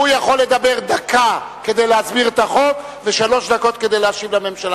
הוא יכול לדבר דקה כדי להסביר את החוק ושלוש דקות כדי להשיב לממשלה.